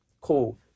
cool